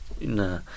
nah